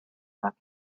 that